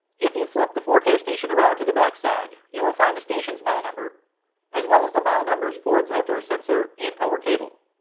if you flip the forecast station around to the backside you will find the station's model number as well as the model numbers for its outdoor sensor and power cable.